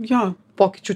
jo pokyčių